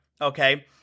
Okay